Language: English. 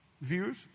viewers